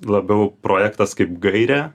labiau projektas kaip gairė